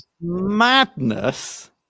madness